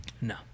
No